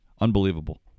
Unbelievable